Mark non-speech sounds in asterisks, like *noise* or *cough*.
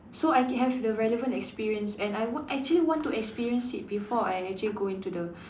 so I can have the relevant experience and I want actually want to experience it before I actually go into the *breath*